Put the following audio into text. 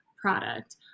product